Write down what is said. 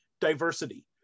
diversity